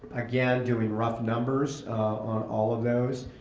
again, doing rough numbers on all of those.